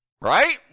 Right